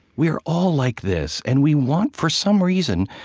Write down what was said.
we are all like this. and we want, for some reason,